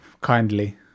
kindly